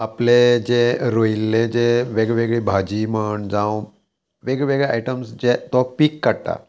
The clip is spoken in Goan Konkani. आपले जे रोयिल्ले जे वेगवेगळी भाजी म्हण जावं वेगवेगळे आयटम्स जे तो पीक काडटा